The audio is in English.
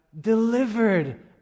delivered